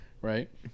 right